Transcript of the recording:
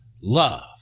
love